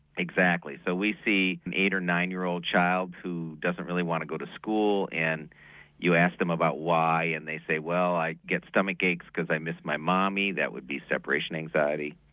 exactly, so we see an eight or nine year old child who doesn't really want to go to school and you ask him about why and they say well i get stomach aches because i miss my mummy that would be separation anxiety.